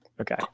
Okay